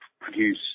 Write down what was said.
produce